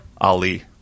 Ali